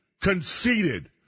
conceited